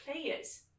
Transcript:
players